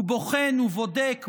הוא בוחן ובודק,